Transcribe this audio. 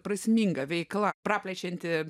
prasminga veikla praplečianti